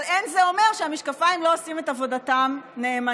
אבל אין זה אומר שהמשקפיים לא עושים את עבודתם נאמנה,